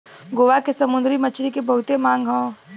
गोवा के समुंदरी मछरी के बहुते मांग हौ